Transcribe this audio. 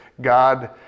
God